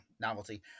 novelty